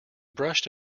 brushed